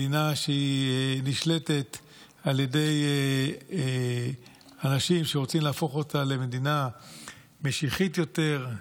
מדינה שנשלטת על ידי אנשים שרוצים להפוך אותה למדינה משיחית יותר,